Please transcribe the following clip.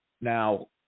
now